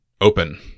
open